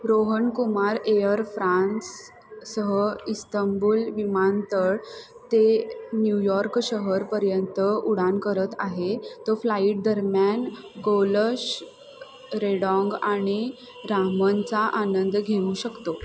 Rohankumar air France सह Istanbul विमानतळ ते न्यूयॉर्क शहरपर्यंत उडान करत आहे तो फ्लाईट दरम्यान गोलश रेडॉग आणि रामनचा आनंद घेऊ शकतो